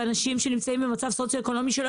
אנשים שנמצאים במצב סוציו אקונומי שלא